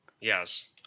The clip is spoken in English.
Yes